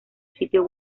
sitio